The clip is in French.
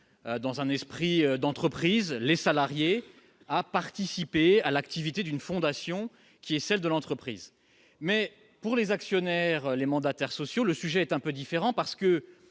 dans un esprit d'entreprise, les salariés à participer à l'activité d'une fondation qui est celle de l'entreprise. Mais pour les actionnaires, les mandataires sociaux, le sujet est un peu différent, puisque